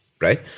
Right